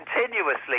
continuously